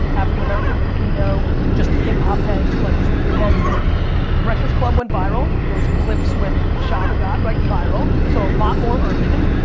african american, latino, just hip hop heads, like sneaker heads. like breakfast club went viral, those clips with cha the god, right viral. so a lot more urban.